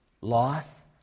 loss